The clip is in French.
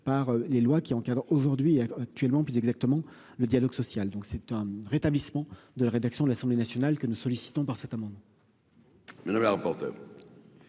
par les lois qui encadrent aujourd'hui actuellement, plus exactement, le dialogue social, donc c'est un rétablissement de la rédaction de l'Assemblée nationale que nous sollicitons par cet amendement.